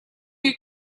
you